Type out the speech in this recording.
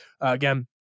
Again